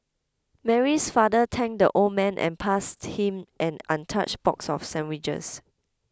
Mary's father thanked the old man and passed him an untouched box of sandwiches